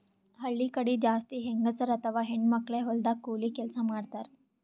ಹಳ್ಳಿ ಕಡಿ ಜಾಸ್ತಿ ಹೆಂಗಸರ್ ಅಥವಾ ಹೆಣ್ಣ್ ಮಕ್ಕಳೇ ಹೊಲದಾಗ್ ಕೂಲಿ ಕೆಲ್ಸ್ ಮಾಡ್ತಾರ್